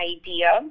idea